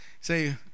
Say